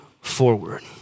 forward